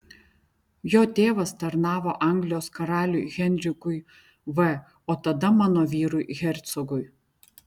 jo tėvas tarnavo anglijos karaliui henrikui v o tada mano vyrui hercogui